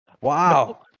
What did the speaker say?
Wow